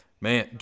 man